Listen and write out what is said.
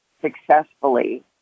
successfully